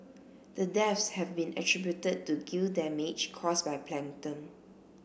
the deaths have been attributed to gill damage caused by plankton